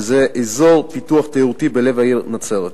שזה אזור פיתוח תיירותי בלב העיר נצרת.